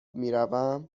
میروم